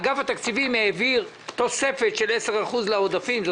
אגף התקציבים העביר תוספת של 10% לעודפים,